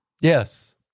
Yes